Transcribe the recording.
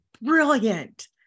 brilliant